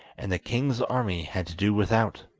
and the king's army had to do without.